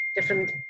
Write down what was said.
different